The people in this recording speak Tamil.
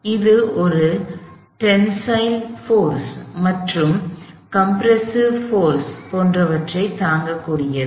எனவே அது ஒரு டென்சைல் போர்ஸ் மற்றும் கம்ப்ரசிவ் போர்ஸ் போன்றவற்றை தாங்கக்கூடியது